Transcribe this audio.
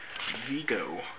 Vigo